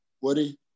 Woody